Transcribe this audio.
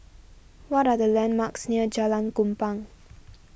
what are the landmarks near Jalan Kupang